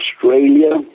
Australia